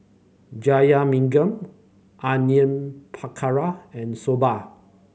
Jajangmyeon Onion Pakora and Soba